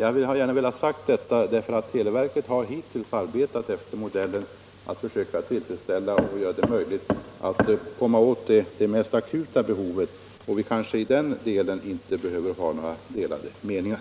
Jag har gärna velat säga detta därför att televerket hittills har arbetat efter modellen att försöka göra det möjligt att tillfredsställa det mest akuta behovet. I den delen behöver vi kanske inte ha några delade meningar.